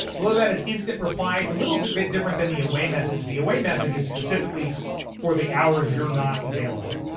below that is instant reply. it's a little bit bit different than the away message. message. the away message is specifically for the hours you're not available.